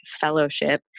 fellowship